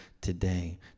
today